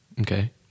Okay